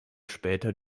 später